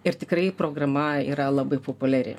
ir tikrai programa yra labai populiari